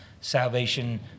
salvation